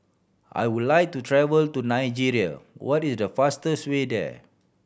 I would like to travel to Nigeria what is the fastest way there